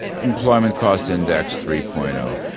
employment cost index, three point um